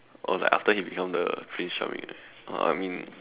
or like after he become the prince charming eh uh I mean